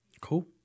Cool